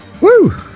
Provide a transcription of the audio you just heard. Woo